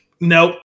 nope